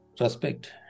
respect